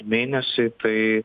mėnesį tai